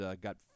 got